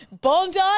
Bondi